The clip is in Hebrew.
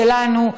הוא שלנו,